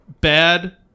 bad